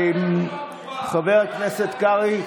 חבר הכנסת קרעי,